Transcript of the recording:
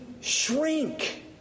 shrink